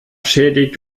schädigt